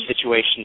situation